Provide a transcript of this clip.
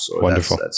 Wonderful